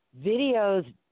videos